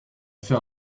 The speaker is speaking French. fait